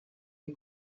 des